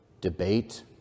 debate